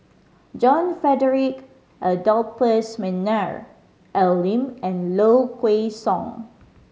John Frederick Adolphus McNair Al Lim and Low Kway Song